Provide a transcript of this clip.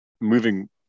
moving